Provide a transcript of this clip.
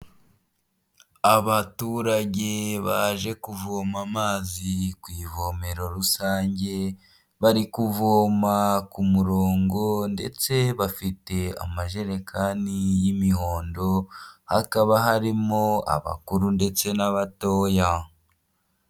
Abaturage baje kuvoma amazi ku ivomero rusange bari kuvoma ku murongo ndetse bafite amajerekani y'imihondo hakaba harimo abakuru ndetse n'abatoya.